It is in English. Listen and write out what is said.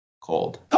Cold